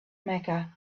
mecca